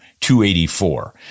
.284